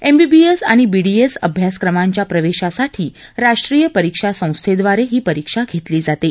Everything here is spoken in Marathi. एमबीबीएस आणि बीडीएस अभ्यासक्रमांच्या प्रवेशासाठी राष्ट्रीय परीक्षा संस्थेद्वारे ही परीक्षा घेतली जाते